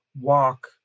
walk